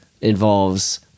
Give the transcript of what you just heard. involves